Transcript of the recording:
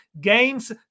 games